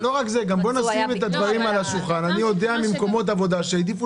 בואו נשים את הדברים על השולחן: אני יודע ממקומות עבודה שונים שהעדיפו